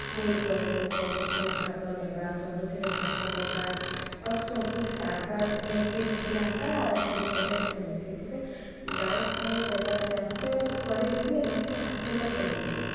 school college ମାନେ କମ୍ପିଟିସନ୍ରେ ଭାଗ ନେବା ସବୁଥିରେ ଭାଗ ନେବା ଆଉ ସବୁଥିରେ ଆଗୁଆ ଥିଲେ ଆକ୍ଟିଭ୍ ଥିଲେ ଆକାା ସବୁ ପଟେ ଭଲ ସେଥିପାଇଁ ଡାନ୍ସ ମୁଁ କରିବା ଚାହୁଁଛି ଆଉ ସୋ କରିବି ବିି ଲକ୍ଷ୍ୟ ହାସଲ କରିବି ବିି